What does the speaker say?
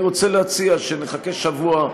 אני רוצה להציע שנחכה שבוע,